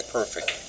perfect